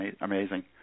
amazing